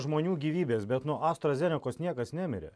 žmonių gyvybės bet nuo astros zenekos niekas nemirė